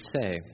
say